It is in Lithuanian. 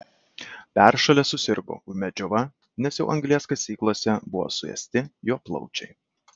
peršalęs susirgo ūmia džiova nes jau anglies kasyklose buvo suėsti jo plaučiai